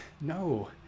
No